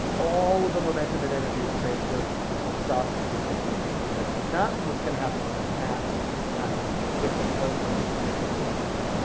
all of the momentum and energy is transferred, this one stops, this one moves. but that's not what's going to happen when the masses masses of each are different, so that's when it's going to get really interesting,